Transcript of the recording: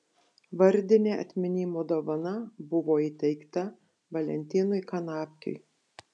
vardinė atminimo dovana buvo įteikta valentinui kanapkiui